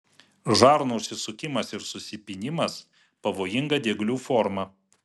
žarnų užsisukimas ir susipynimas pavojinga dieglių forma